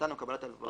מתן או קבלת הלוואות,